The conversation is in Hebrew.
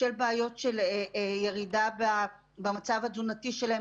של בעיות של ירידה במצב התזונתי שלהם